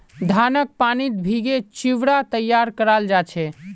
धानक पानीत भिगे चिवड़ा तैयार कराल जा छे